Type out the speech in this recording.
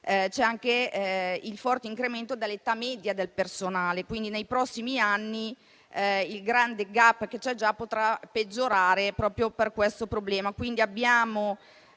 c'è anche il forte incremento dell'età media del personale, quindi nei prossimi anni il grande *gap* già esistente potrà peggiorare proprio per questo motivo. Abbiamo